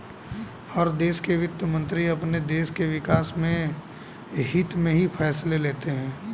हर देश के वित्त मंत्री अपने देश के विकास के हित्त में ही फैसले लेते हैं